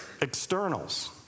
externals